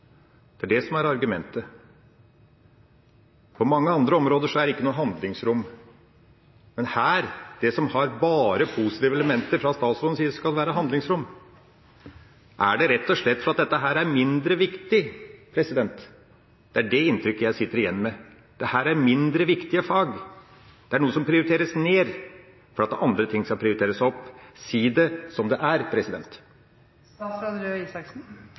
Det er det som er argumentet. På mange andre områder er det ikke noe handlingsrom. Men her – til det som har bare positive elementer, sies det fra statsrådens side at det skal være handlingsrom. Er det rett og slett fordi dette er mindre viktig? Det er det inntrykket jeg sitter igjen med. Dette er mindre viktige fag. Det er noe som prioriteres ned for at andre ting skal prioriteres opp. Si det som det er!